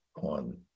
on